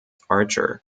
archer